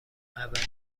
اولین